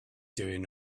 doing